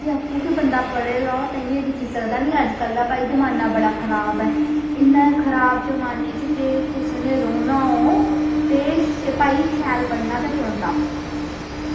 ते जे बंदा कोई पढ़े दा होग ते दिक्खी सकदा नी ते अज्जकल दा जमाना भई बड़ा खराब ऐ इन्ने खराब जमानै च जे कोई कुसै नै रौह्ना होग ते भई शैल ते पढ़ना पौंदा